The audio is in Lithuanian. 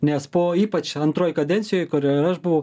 nes po ypač antroj kadencijoj kur ir aš buvau